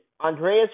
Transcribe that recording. Andreas